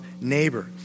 neighbor